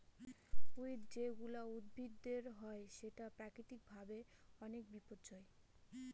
weed যেগুলা উদ্ভিদের হয় সেটা প্রাকৃতিক ভাবে অনেক বিপর্যই